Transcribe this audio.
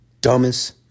dumbest